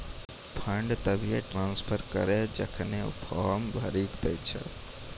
fund तभिये transfer करऽ जेखन ऊ फॉर्म भरऽ के दै छै